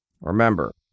Remember